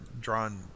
drawn